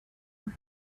who